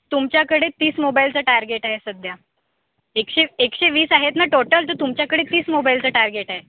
तुमच्याकडे तीस मोबाईलचे टार्गेट आहे सध्या एकशे एकशे वीस आहेत ना टोटल तर तुमच्याकडे तीस मोबाईलचे टार्गेट आहे